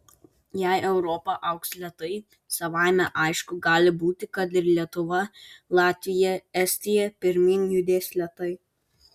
jei europa augs lėtai savaime aišku gali būti kad ir lietuva latvija estija pirmyn judės lėtai